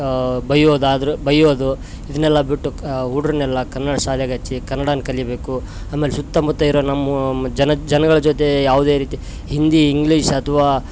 ಬಯ್ಯೋದು ಆದ್ರು ಬಯ್ಯೋದು ಇದನೆಲ್ಲ ಬಿಟ್ಟು ಹುಡುಗ್ರುನ್ನೆಲ್ಲ ಕನ್ನಡ ಶಾಲ್ಯಾಗೆ ಹಚ್ಚಿ ಕನ್ನಡನ ಕಲಿಯಬೇಕು ಆಮೇಲೆ ಸುತ್ತ ಮುತ್ತ ಇರೋ ನಮ್ಮ ಜನ ಜನಗಳ ಜೊತೆ ಯಾವುದೇ ರೀತಿ ಹಿಂದಿ ಇಂಗ್ಲಿಷ್ ಅಥ್ವಾ